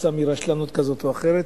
עקב רשלנות כזאת או אחרת,